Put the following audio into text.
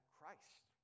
Christ